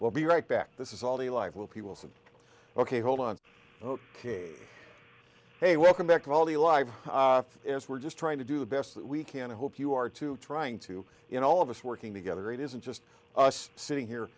we'll be right back this is all the life will people said ok hold on ok hey welcome back to all the live as we're just trying to do the best we can hope you are to trying to you know all of us working together it isn't just us sitting here